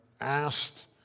asked